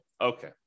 Okay